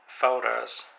folders